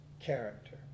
character